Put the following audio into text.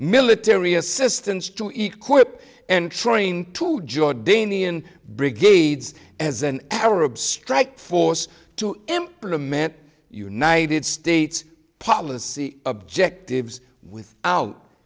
military assistance to eclipse and trying to jordanian brigades as an arab strike force to implement united states policy objectives with out